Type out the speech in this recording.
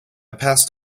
passed